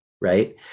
Right